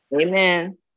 Amen